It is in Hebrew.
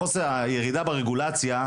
הירידה ברגולציה,